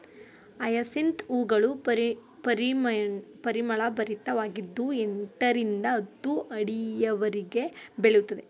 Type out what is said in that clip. hyacinth ಹೂಗಳು ಪರಿಮಳಭರಿತವಾಗಿದ್ದು ಎಂಟರಿಂದ ಹತ್ತು ಅಡಿಯವರೆಗೆ ಬೆಳೆಯುತ್ತವೆ